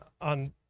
on